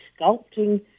sculpting